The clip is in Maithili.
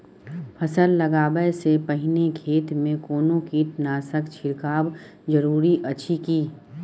फसल लगबै से पहिने खेत मे कोनो कीटनासक छिरकाव जरूरी अछि की?